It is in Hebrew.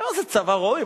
מה זה צבא רומי,